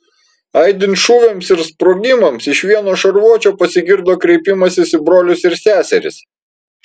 aidint šūviams ir sprogimams iš vieno šarvuočio pasigirdo kreipimasis į brolius ir seseris